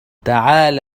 تعال